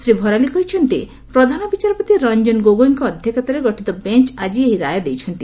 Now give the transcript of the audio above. ଶ୍ରୀ ଭରାଲି କହିଛନ୍ତି ପ୍ରଧାନ ବିଚାରପତି ରଞ୍ଜନ ଗୋଗୋଇଙ୍କ ଅଧ୍ୟକ୍ଷତାରେ ଗଠିତ ବେଞ୍ଚ ଆଜି ଏହି ରାୟ ଦେଇଛନ୍ତି